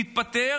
התפטר,